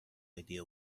idea